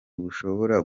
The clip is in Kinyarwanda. bushobora